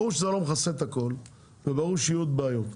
ברור שזה לא מכסה את הכל, וברור שיהיו עוד בעיות.